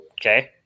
Okay